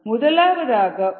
முதலாவதாக ஓ